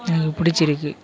எங்களுக்கு பிடிச்சிருக்கு